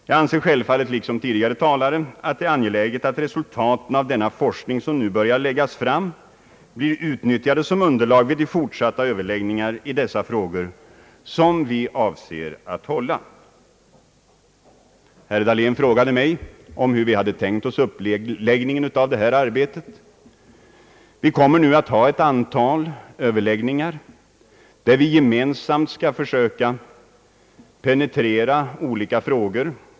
Jag anser självfallet, liksom tidigare talare, att det är angeläget att resultaten av denna forskning, som nu börjar läggas fram, blir utnyttjade som underlag vid fortsatta överläggningar i dessa frågor. Herr Dahlén frågade mig hur vi tänkt oss uppläggningen av detta arbete. Vi kommer nu att ha ett antal överläggningar där vi gemensamt skall försöka penetrera olika frågor.